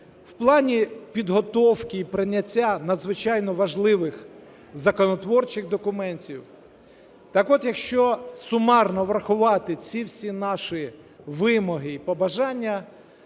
в плані підготовки і прийняття надзвичайно важливих законотворчих документів. Так от, якщо сумарно врахувати ці всі наші вимоги і побажання,